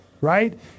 right